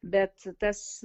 bet tas